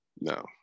no